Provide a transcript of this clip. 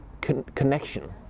connection